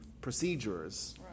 procedures